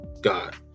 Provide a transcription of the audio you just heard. God